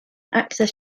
access